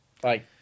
Bye